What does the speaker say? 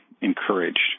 encouraged